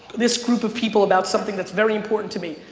this group of people about something that's very important to me.